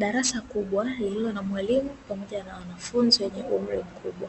Darasa kubwa lililo namwalimu pamoja na wanafunzi wenye umri mkubwa,